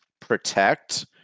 protect